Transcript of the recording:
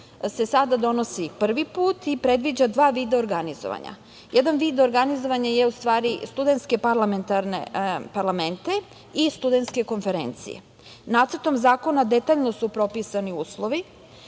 se sada donosi prvi put i predviđa dva vida organizovanja. Jedan vid organizovanja je u studentske parlamente i studentske konferencije. Nacrtom zakona detaljno su propisani uslovi